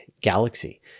galaxy